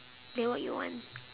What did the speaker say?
then what you want